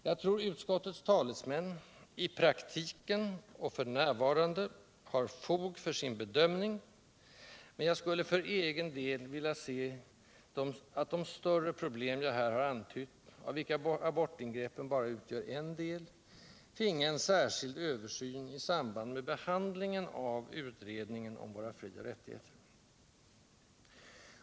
Jag tror utskottets talesmän, i praktiken och f. n., har fog för sin bedömning, men jag skulle för egen del vilja se att de större problem jag här antytt, av vilka abortingreppen bara utgör en del, finge en särskild översyn i samband med behandlingen av utredningen om våra frioch rättigheter.